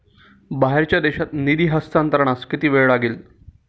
बाहेरच्या देशात निधी हस्तांतरणास किती वेळ लागेल?